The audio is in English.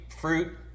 fruit